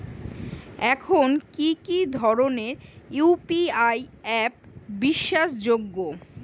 কি কি ধরনের ইউ.পি.আই অ্যাপ বিশ্বাসযোগ্য?